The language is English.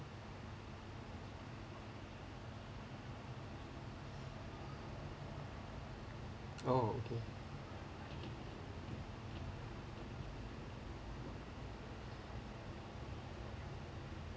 oh okay